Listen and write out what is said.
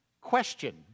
Question